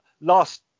Last